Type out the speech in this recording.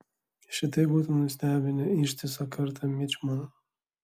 šitai būtų nustebinę ištisą kartą mičmanų